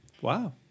wow